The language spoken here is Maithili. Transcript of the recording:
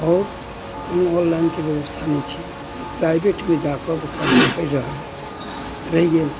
आओर कोनो ऑनलाइनके व्यवस्था नहि छै प्राइवेटमे जाकऽ बच्चा सभ पढ़ि रहल अइ रहि गेल